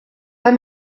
pas